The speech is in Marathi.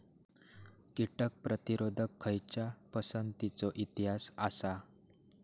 कीटक प्रतिरोधक खयच्या पसंतीचो इतिहास आसा?